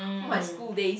my school days